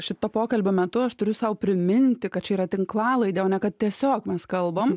šito pokalbio metu aš turiu sau priminti kad čia yra tinklalaidė o ne kad tiesiog mes kalbam